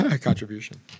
Contribution